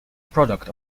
product